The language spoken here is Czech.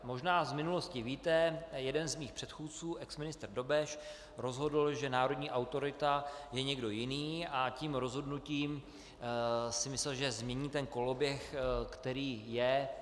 Možná z minulosti víte, jeden z mých předchůdců, exministr Dobeš rozhodl, že národní autorita je někdo jiný, a tím rozhodnutím si myslel, že změní ten koloběh, který je.